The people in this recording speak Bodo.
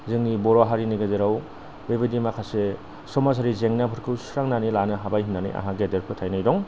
जोंनि बर' हारिनि गेजेराव बेबायदि माखासे समाजारि जेंनाफोरखौ सुस्रांनानै लानो हाबाय होननानै आंहा गेदेर फोथाइनाय दं